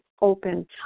open